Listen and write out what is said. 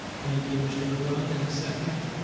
thank you, mr. colon, and a second?